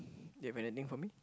do you have anything for me